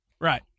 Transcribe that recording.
Right